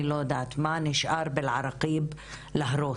אני לא יודעת מה נשאר באל-עראקיב להרוס,